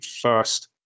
first